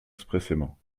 expressément